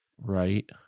right